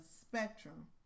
spectrum